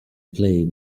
play